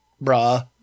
bra